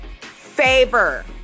favor